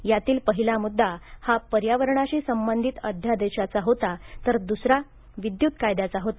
यातील पहिला मुद्दा हा पर्यावरणाशी संबंधित अध्यादेशाचा होता तर दुसरा विद्युत कायद्याचा होता